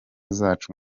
zacu